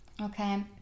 okay